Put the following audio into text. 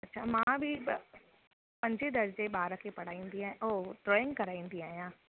अच्छा मां बि प पंजे दर्जे ॿार खे पढ़ाईंदी आहे उहो ड्रॉइंग कराईंदी आहियां